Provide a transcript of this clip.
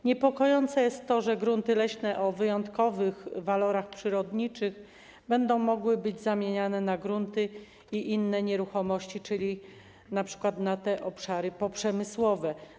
Niepokojące jest to, że grunty leśne o wyjątkowych walorach przyrodniczych będą mogły być zamieniane na grunty i inne nieruchomości, np. na obszary poprzemysłowe.